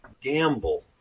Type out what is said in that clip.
gamble